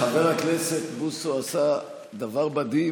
חבר הכנסת בוסו עשה דבר מדהים,